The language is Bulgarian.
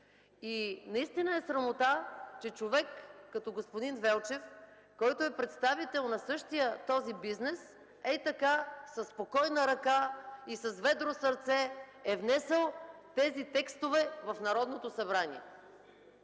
Наистина е срамота, че човек като господин Велчев, който е представител на същия този бизнес, ей така със спокойна ръка и с ведро сърце е внесъл тези текстове в Народното събрание.